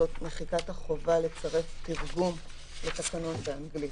זו מחיקת החובה לצרף תרגום לתקנון באנגלית.